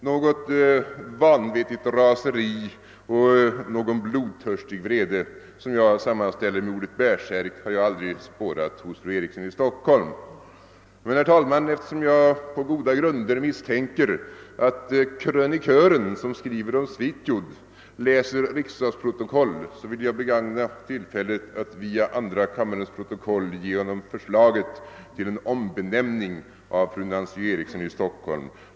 Något vettlöst raseri och någon blodtörst, som jag sammanställer med ordet bärsärk, har jag aldrig spårat hos fru Eriksson i Stockholm. Men, herr talman, eftersom jag på goda grunder misstänker att krönikören som skriver om Svitjod läser riksdagsprotokoll, vill jag begagna tillfället att via andra kammarens protokoll ge honom förslag till en ombenämning av fru Eriksson i Stockholm.